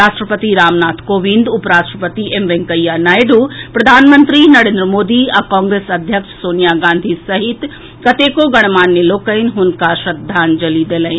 राष्ट्रपति रामनाथ कोविंद उप राष्ट्रपति एम वेंकैया नायडू प्रधानमंत्री नरेन्द्र मोदी आ कांग्रेस अध्यक्ष सोनिया गांधी सहित कतेको गणमान्य लोकनि हुनका श्रद्धांजलि देलनि